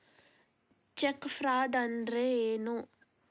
Check fraud ಅಂದ್ರ ಏನು?